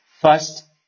first